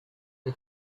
the